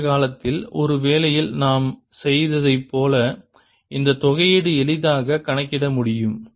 கடந்த காலத்தில் ஒரு வேலையில் நாம் செய்ததைப் போல இந்த தொகையீடு எளிதாக கணக்கிட முடியும்